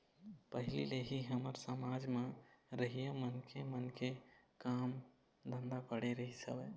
पहिली ले ही हमर समाज म रहइया मनखे मन के काम धंधा बटे रहिस हवय